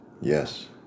Yes